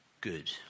good